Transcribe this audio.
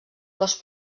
cos